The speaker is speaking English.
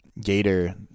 Gator